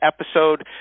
episode